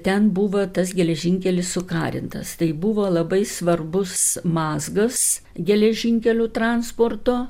ten buvo tas geležinkelis sukarintas tai buvo labai svarbus mazgas geležinkelių transporto